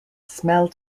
smell